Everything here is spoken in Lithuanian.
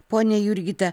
ponia jurgita